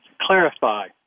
clarify